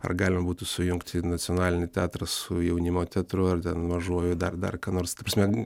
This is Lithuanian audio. ar galima būtų sujungti nacionalinį teatrą su jaunimo teatru ar ten mažuoju dar dar ką nors ta prasme